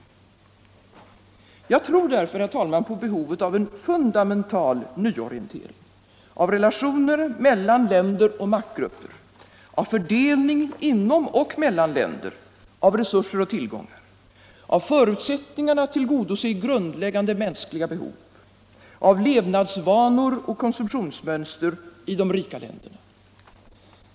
Jag tror därför, herr talman, på behovet av en fundamental nyorientering av relationer mellan länder och maktgrupper, av fördelning inom och mellan länder av resurser och tillgångar, av förutsättningar att tillgodose grundläggande mänskliga behov, av levnadsvanor och konsumtionsmönster i de rika länderna.